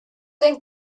think